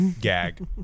gag